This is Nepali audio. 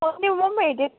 भेटेँ